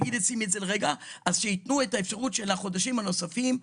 אבל שייתנו את האפשרות של החודשים הנוספים.